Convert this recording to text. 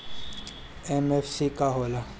MFC का हो़ला?